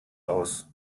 aus